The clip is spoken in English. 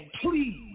please